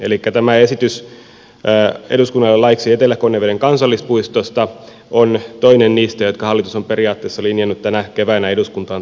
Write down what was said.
elikkä tämä esitys eduskunnalle laiksi etelä konneveden kansallispuistosta on toinen niistä jotka hallitus on periaatteessa linjannut tänä keväänä eduskuntaan tuotaviksi